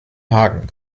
haken